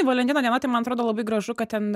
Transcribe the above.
valentino diena tai man atrodo labai gražu kad ten